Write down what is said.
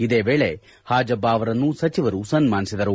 ಇದೇ ವೇಳೆ ಹಾಜಬ್ಬ ಅವರನ್ನು ಸಚಿವರು ಸನ್ಮಾನಿಸಿದರು